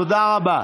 תודה רבה.